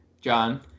john